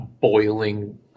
boiling